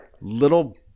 little